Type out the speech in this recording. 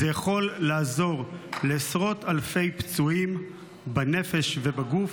זה יכול לעזור לעשרות אלפי פצועים בנפש ובגוף.